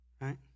Right